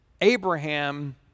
Abraham